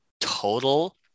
total